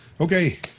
Okay